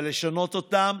אבל לשנות אותם,